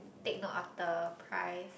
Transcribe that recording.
take note of the price